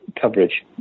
coverage